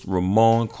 Ramon